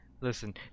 Listen